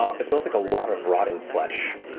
ah it smells like a lot of rotting flesh.